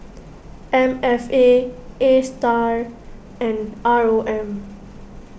M F A Astar and R O M